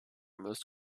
most